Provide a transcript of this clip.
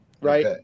Right